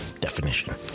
definition